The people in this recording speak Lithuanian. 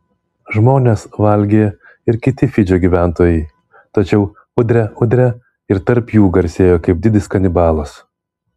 žmones valgė ir kiti fidžio gyventojai tačiau udre udre ir tarp jų garsėjo kaip didis kanibalas